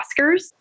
Oscars